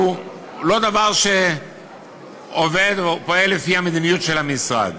לא עובד או פועל לפי המדיניות של המשרד.